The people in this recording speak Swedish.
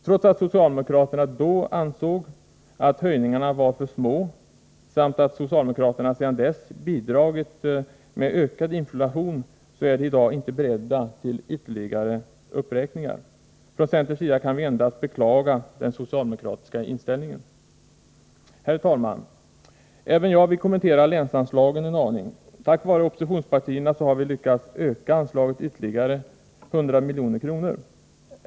Trots att socialdemokraterna då ansåg att höjningarna var för små samt att socialdemokraterna sedan dess bidragit med ökad inflation är de i dag inte beredda till ytterligare uppräkningar. Från centerns sida kan vi endast beklaga den socialdemokratiska inställningen. Herr talman! Även jag vill kommentera länsanslagen en aning. Tack vare oppositionspartierna har vi lyckats öka anslaget med ytterligare 100 milj.kr.